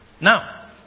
Now